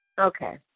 okay